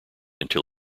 until